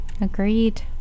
Agreed